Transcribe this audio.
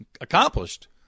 accomplished